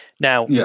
Now